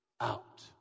out